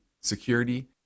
security